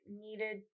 needed